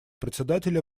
председателя